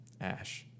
Ash